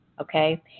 okay